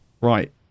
right